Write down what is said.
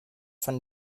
von